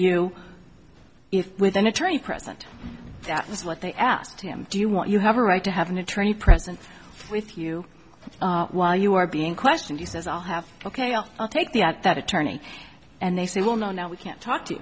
you if with an attorney present that is what they asked him do you want you have a right to have an attorney present with you while you are being questioned he says i'll have ok i'll take the at that attorney and they say well no now we can't talk to